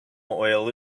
oil